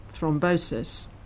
thrombosis